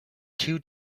two